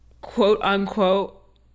quote-unquote